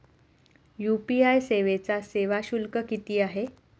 UPI सेवेचा सेवा शुल्क किती आहे?